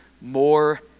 more